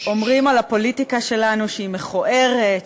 אומרים על הפוליטיקה שלנו שהיא מכוערת,